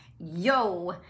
yo